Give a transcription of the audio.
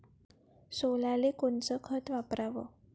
सोल्याले कोनचं खत वापराव?